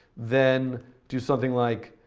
then do something like,